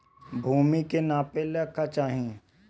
भूमि के नापेला का चाही?